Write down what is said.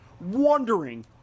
wondering